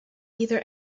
either